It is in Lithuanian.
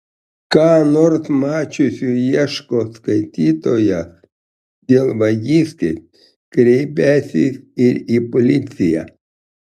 ką nors mačiusių ieško skaitytojas dėl vagystės kreipęsis ir į policiją